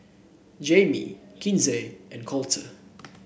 Jaime Kinsey and Colter